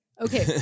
Okay